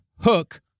Hook